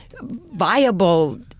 viable